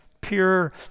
Pure